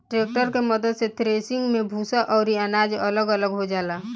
tractor के मद्दत से थ्रेसिंग मे भूसा अउरी अनाज अलग अलग हो जाला